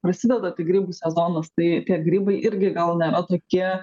prasideda tik grybų sezonas tai tie grybai irgi gal nėra tokie